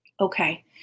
Okay